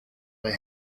they